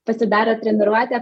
pasidaro treniruotę